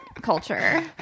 culture